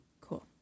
Cool